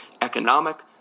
economic